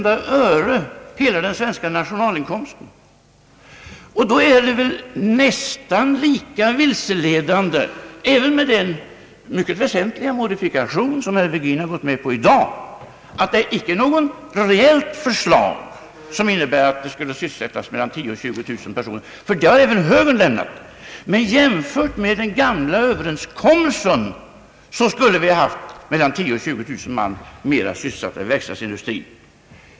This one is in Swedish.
Den svenska nationalinkomsten ökar inte på det sättet med ett enda öre. Även med den mycket väsentliga modifikation som herr Virgin har gjort i dag är det nästan lika vilseledande när man gör gällande, att jämfört med den gamla överenskommelsen skulle vi nu ha haft mellan 10000 och 20000 personer mer att sysselsätta inom verkstadsindustrin.